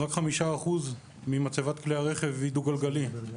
רק 5% ממצבת כלי הרכב הם דו גלגליים למרות